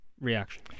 reaction